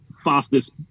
fastest